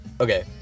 okay